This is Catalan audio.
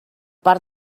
per